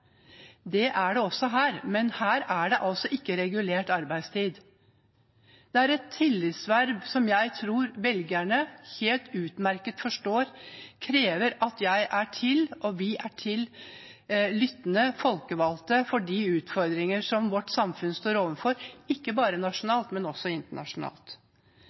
Det er det også her, men her er det altså ikke regulert arbeidstid. Dette er et tillitsverv, og jeg tror velgerne helt utmerket forstår at det krever at jeg og vi, lyttende folkevalgte, er til for de utfordringer som vårt samfunn står overfor, ikke bare nasjonalt, men også internasjonalt.